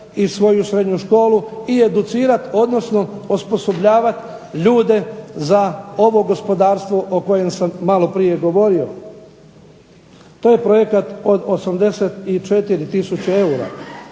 i svoju srednju školu i educirati, odnosno osposobljavat ljude za ovo gospodarstvo o kojem sam malo prije govorio. To je projekat od 84000 eura.